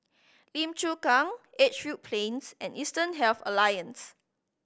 Lim Chu Kang Edgefield Plains and Eastern Health Alliance